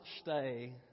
stay